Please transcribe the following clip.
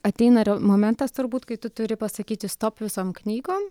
ateina momentas turbūt kai tu turi pasakyti stop visom knygom